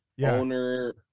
owner